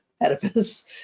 Oedipus